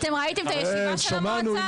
אתם ראיתם את הישיבה של המועצה הזו?